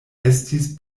estis